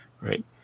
right